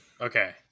Okay